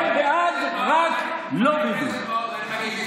הם בעד רק לא ביבי.